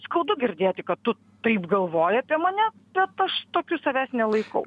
skaudu girdėti kad tu taip galvoji apie mane bet aš tokiu savęs nelaikau